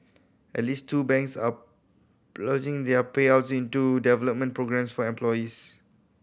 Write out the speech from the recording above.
at least two banks are ploughing their payouts into development programmes for employees